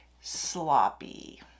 sloppy